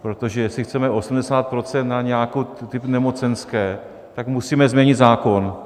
Protože jestli chceme 80 % na nějaký typ nemocenské, tak musíme změnit zákon.